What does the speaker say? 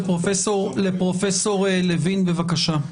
פרופ' לוין, בבקשה.